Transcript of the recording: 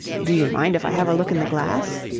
do you mind if i have a look in the glass?